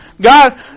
God